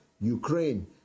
Ukraine